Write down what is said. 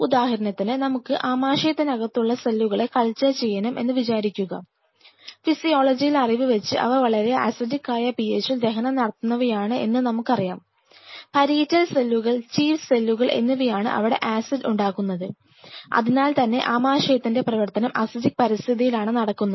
ഉദാഹരണത്തിന് നമുക്ക് ആമാശയത്തിനകത്തുള്ള സെല്ലുകളെ കൾച്ചർ ചെയ്യണം എന്ന് വിചാരിക്കുക ഫിസിയോളജിയിലെ അറിവ് വെച്ച് അവ വളരെ അസിഡികായ PH ഇൽ ദഹനം നടത്തുന്നവയാണ് എന്ന് നമുക്കറിയാം പരിറ്റൽ സെല്ലുകൾ ചീഫ് സെല്ലുകൾ എന്നിവയാണ് അവിടെ ആസിഡ് ഉണ്ടാക്കുന്നത് അതിനാൽ തന്നെ ആമാശയത്തിന്റെ പ്രവർത്തനം അസിഡിക് പരിസ്ഥിതിയിലാണ് നടക്കുന്നത്